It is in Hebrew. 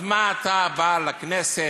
אז מה אתה בא לכנסת,